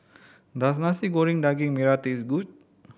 does Nasi Goreng Daging Merah taste good